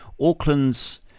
Auckland's